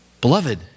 Beloved